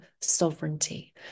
sovereignty